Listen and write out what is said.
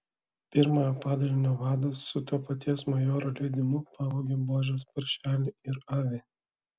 pirmojo padalinio vadas su to paties majoro leidimu pavogė buožės paršelį ir avį